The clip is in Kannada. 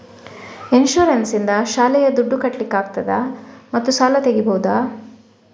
ಇನ್ಸೂರೆನ್ಸ್ ನಿಂದ ಶಾಲೆಯ ದುಡ್ದು ಕಟ್ಲಿಕ್ಕೆ ಆಗ್ತದಾ ಮತ್ತು ಸಾಲ ತೆಗಿಬಹುದಾ?